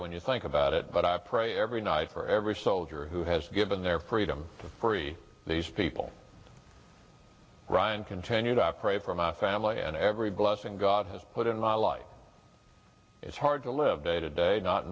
when you think about it but i pray every night for every soldier who has given their freedom to free these people ryan continue to operate for my family and every blessing god has but in my life it's hard to live day to day not